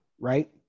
right